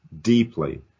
deeply